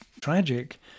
tragic